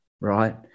right